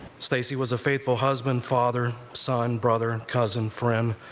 stacey was a faithful husband, father, son, brother and cousin, friend,